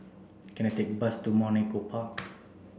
can I take a bus to Mount Echo Park